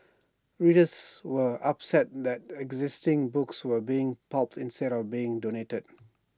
readers were upset that existing books were being pulped instead of being donated